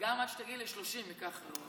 וגם עד שתגיעי ל-30% זה ייקח הרבה זמן.